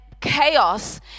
chaos